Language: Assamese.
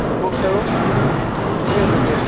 শিকিব বিচাৰোঁ সেই হেতুকে